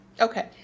Okay